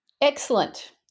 Excellent